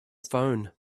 phone